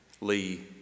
Lee